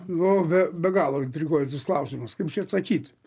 nu be be galo intriguojantis klausimas kaip čia atsakyt